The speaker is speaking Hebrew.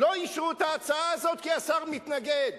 לא אישרו את ההצעה הזאת, כי השר מתנגד.